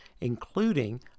including